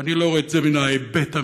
ואני לא רואה את זה מן ההיבט המדיני.